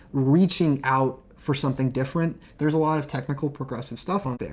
reaching out for something different. there's a lot of technical progressive stuff on there,